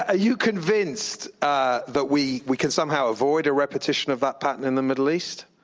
ah you convinced ah that we we can somehow avoid a repetition of that pattern in the middle east?